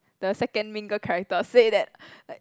the second main girl character say that